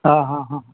હા હા હા